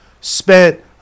spent